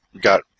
got